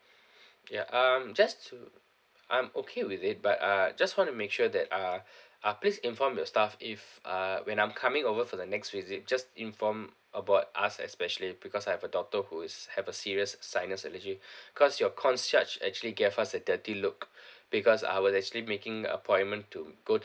ya um just to I'm okay with it but I just want to make sure that uh uh please inform your staff if uh when I'm coming over for the next visit just inform about us especially because I have a daughter who is have a serious sinus allergy cause your concierge actually gave us a dirty look because I was actually making appointment to go